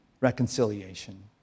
reconciliation